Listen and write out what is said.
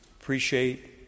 appreciate